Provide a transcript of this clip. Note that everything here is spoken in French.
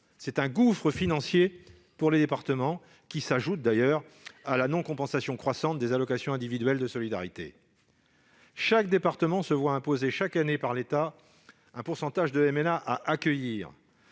C'est un gouffre financier pour les départements, qui s'ajoute d'ailleurs à la non-compensation croissante des allocations individuelles de solidarité. Chaque département se voit imposer chaque année par l'État un pourcentage de MNA à accueillir,